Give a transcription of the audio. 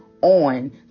on